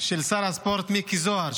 של שר הספורט מיקי זוהר,